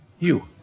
hugh